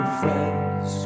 friends